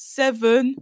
seven